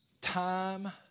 time